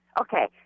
okay